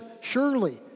Surely